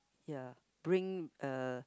ya bring a